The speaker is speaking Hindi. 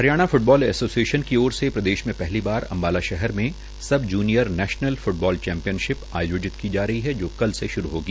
हरियाण फ्टबाल एसोसिएश्न की ओर से प्रदेश मे पहली बार अम्बाला शहर में sub junior national football championship आयोजित की जा रही है जो कल से शुरू होगी